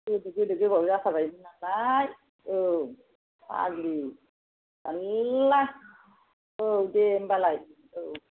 जि गोबाव जाखाबायमोन नालाय औ फाग्लि थाल्ला औ दे होनबालाय औ